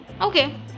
okay